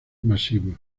masivos